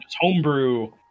homebrew